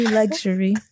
luxury